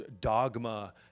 dogma